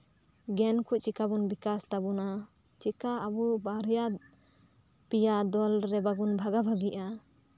ᱜᱮᱱ ᱠᱚ ᱪᱤᱠᱟᱹ ᱵᱚᱱ ᱵᱤᱠᱟᱥ ᱛᱟᱵᱳᱱᱟ ᱪᱤᱠᱟᱹ ᱟᱵᱚ ᱵᱟᱨᱭᱟ ᱯᱮᱭᱟ ᱫᱚᱞᱨᱮ ᱵᱟᱵᱚᱱ ᱵᱷᱟᱜᱟ ᱵᱷᱟᱹᱜᱤᱼᱟ